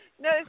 no